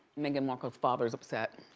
meghan markle's father is upset.